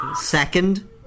Second